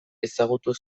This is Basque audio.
ezagutu